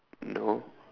no